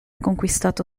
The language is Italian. conquistato